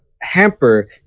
hamper